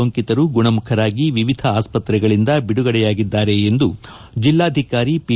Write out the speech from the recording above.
ಸೋಂಕಿತರು ಗುಣಮುಖರಾಗಿ ವಿವಿಧ ಆಸ್ತ್ರೆಗಳಿಂದ ಬಿಡುಗಡೆಯಾಗಿದ್ದಾರೆ ಎಂದು ಜಿಲ್ಲಾಧಿಕಾರಿ ಪಿ